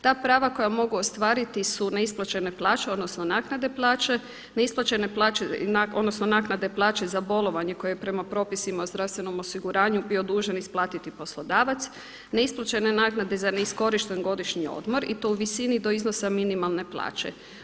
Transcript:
Ta prava koja mogu ostvariti su neisplaćene plaće, odnosno naknade plaće, neisplaćene plaće, odnosno naknade plaće za bolovanje koje je prema propisima o zdravstvenom osiguranju bio dužan isplatiti poslodavac, neisplaćene naknade za neiskorišteni godišnji odmor i to u visini do iznosa minimalne plaće.